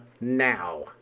now